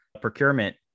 procurement